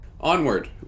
onward